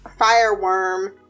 fireworm